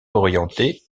orienté